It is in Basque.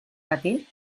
bati